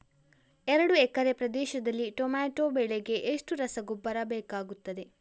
ಎರಡು ಎಕರೆ ಪ್ರದೇಶದಲ್ಲಿ ಟೊಮ್ಯಾಟೊ ಬೆಳೆಗೆ ಎಷ್ಟು ರಸಗೊಬ್ಬರ ಬೇಕಾಗುತ್ತದೆ?